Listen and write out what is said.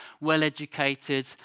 well-educated